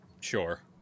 Sure